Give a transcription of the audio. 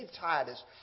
Titus